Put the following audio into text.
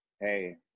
hey